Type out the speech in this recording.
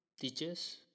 Teachers